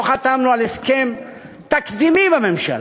לא חתמנו על הסכם תקדימי בממשלה?